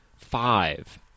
five